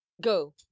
Go